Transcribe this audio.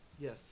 Yes